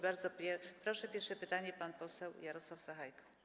Bardzo proszę, pierwsze pytanie - pan poseł Jarosław Sachajko.